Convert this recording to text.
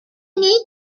unique